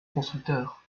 constructeurs